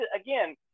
again –